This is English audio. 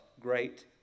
great